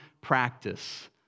practice